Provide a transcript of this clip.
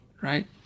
right